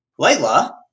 Layla